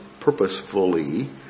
purposefully